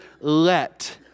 let